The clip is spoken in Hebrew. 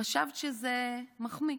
חשבת שזה מחמיא.